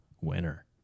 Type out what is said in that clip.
winner